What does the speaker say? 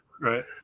Right